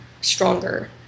stronger